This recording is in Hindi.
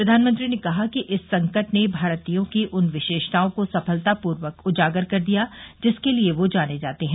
प्रधानमंत्री ने कहा कि इस संकट ने भारतीयों की उन विशेषताओं को सफलतापूर्वक उजागर कर दिया जिसके लिए वे जाने जाते हैं